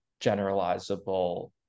generalizable